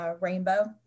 rainbow